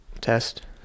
Test